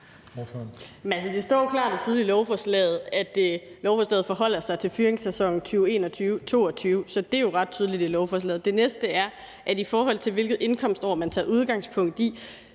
og tydeligt i lovforslaget, at lovforslaget forholder sig til fyringssæsonen 2021-22. Så det er jo ret tydeligt i lovforslaget. Det næste er, at i forhold til hvilket indkomstår man tager udgangspunkt i,